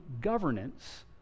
governance